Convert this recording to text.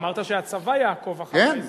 אמרת שהצבא יעקוב אחרי האזרחים,